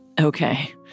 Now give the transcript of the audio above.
Okay